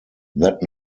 that